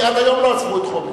כי עד היום לא עזבו את חומש.